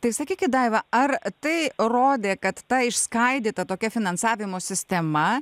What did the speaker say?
tai sakykit daiva ar tai rodė kad ta išskaidyta tokia finansavimo sistema